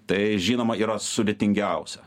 tai žinoma yra sudėtingiausia